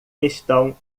estão